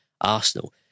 Arsenal